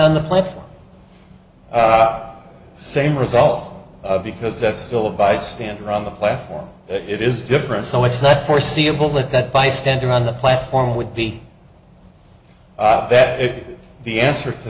on the platform same result because that's still a bystander on the platform it is different so it's not foreseeable that that bystander on the platform would be that the answer to